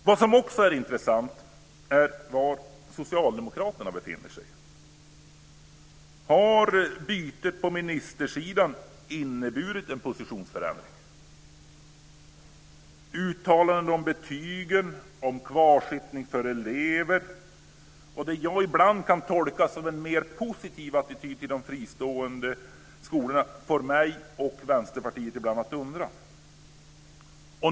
Vad som också är intressant är var Socialdemokraterna befinner sig. Har bytet på ministersidan inneburit en positionsförändring? Uttalanden om betygen och kvarsittning för elever och det jag ibland kan tolka som en positiv attityd till de fristående skolorna får mig och Vänsterpartiet ibland att undra.